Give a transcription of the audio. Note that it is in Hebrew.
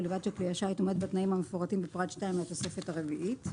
ובלבד שכלי השיט עומד בתנאים המפורטים בפרט 2 לתוספת הרביעית.